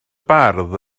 bardd